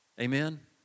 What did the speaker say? Amen